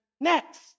next